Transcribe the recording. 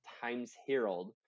Times-Herald